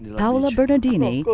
paola bernadini,